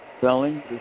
selling